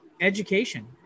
education